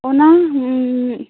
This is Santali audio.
ᱚᱱᱟ